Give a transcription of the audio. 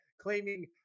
claiming